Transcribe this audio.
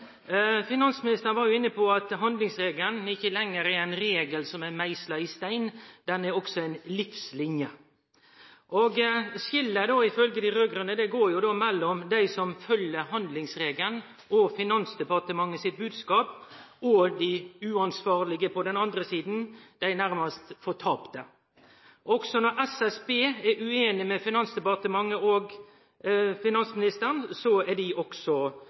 Finansministeren var inne på at handlingsregelen ikkje lenger er ein regel som er meisla i stein – den er også ei livsline. Skiljet går, ifølgje dei raud-grøne, mellom dei som følgjer handlingsregelen og Finansdepartementet sin bodskap, og dei uansvarlege, på den andre sida – dei nærmast fortapte. Når SSB er ueinig med Finansdepartementet og finansministeren, er dei også